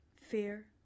fear